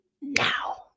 now